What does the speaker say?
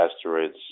asteroids